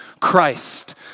Christ